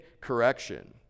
correction